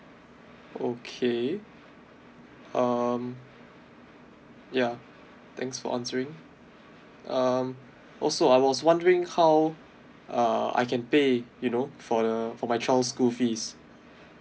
okay um yeah thanks for answering um also I was wondering how uh I can pay you know for the for my child school fees